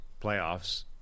playoffs